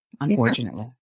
unfortunately